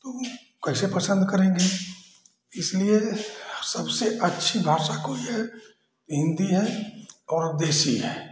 तो वह कैसे पसन्द करेंगे इसलिए सबसे अच्छी भाषा कोई है वह हिन्दी है और देशी है